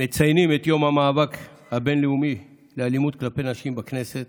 מציינים את יום המאבק הבין-לאומי באלימות כלפי נשים בכנסת,